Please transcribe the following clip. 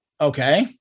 Okay